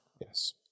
Yes